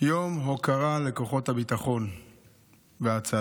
יום הוקרה לכוחות הביטחון וההצלה,